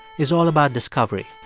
is all about discovery.